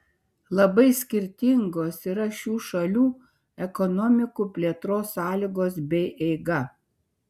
labai skirtingos yra šių šalių ekonomikų plėtros sąlygos bei eiga